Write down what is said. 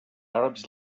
arabs